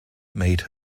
made